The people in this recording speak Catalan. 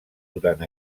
durant